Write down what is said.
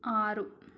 ಆರು